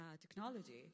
technology